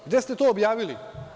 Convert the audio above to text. Gde ste to objavili?